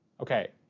okay